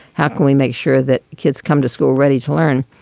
how can we make sure that kids come to school ready to learn?